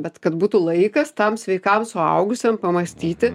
bet kad būtų laikas tam sveikam suaugusiam pamąstyti